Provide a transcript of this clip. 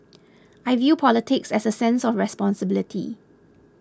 I view politics as a sense of responsibility